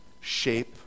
shape